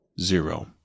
zero